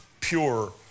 pure